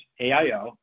AIO